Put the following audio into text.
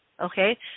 Okay